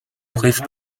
presse